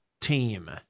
team